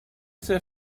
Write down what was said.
ser